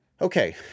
Okay